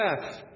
death